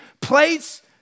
place